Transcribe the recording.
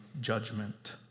judgment